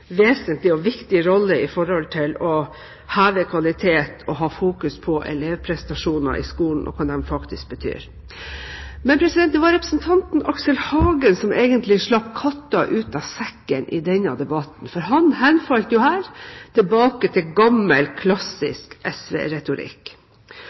vesentlig og viktig rolle i forhold til å heve kvalitet og fokusere på elevprestasjoner i skolen og hva det betyr. Det var representanten Aksel Hagen som egentlig slapp katten ut av sekken i denne debatten. Han henfalt her til gammel,